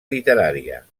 literària